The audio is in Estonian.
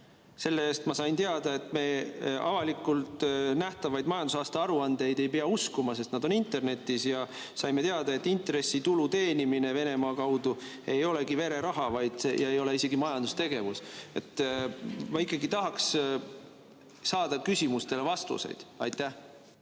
See-eest ma sain teada, et me avalikult nähtavaid majandusaasta aruandeid ei pea uskuma, sest nad on internetis, ja saime teada, et intressitulu teenimine Venemaa kaudu ei olegi vereraha, see ei ole isegi majandustegevus. Ma ikkagi tahaks saada küsimustele vastuseid. No